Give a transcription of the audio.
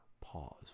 pause